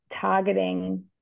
targeting